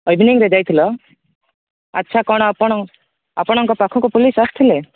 ଈଭିନିଂଗ୍ରେ ଯାଇଥିଲ ଆଚ୍ଛା କ'ଣ ଆପଣଙ୍କ ପାଖକୁ ପୋଲିସ୍ ଆସିଥିଲେ